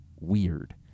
weird